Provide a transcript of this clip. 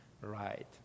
right